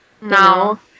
no